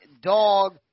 dog